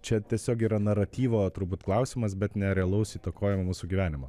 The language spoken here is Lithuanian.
čia tiesiog yra naratyvo turbūt klausimas bet nerealaus įtakojimo mūsų gyvenimo